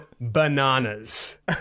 bananas